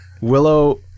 Willow